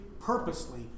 purposely